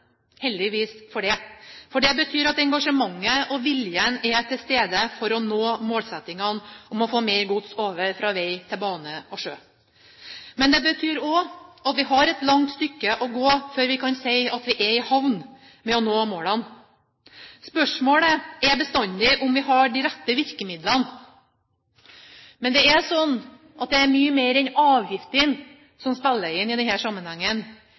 heldigvis for det, for det betyr at engasjementet og viljen er til stede for å nå målsettingene om å få mer gods over fra vei til bane og sjø. Det betyr også at vi har et langt stykke å gå før vi kan si at vi er i havn med å nå målene. Spørsmålet er bestandig om vi har de rette virkemidlene. Men det er sånn at det er mye mer enn avgiftene som spiller inn i denne sammenhengen.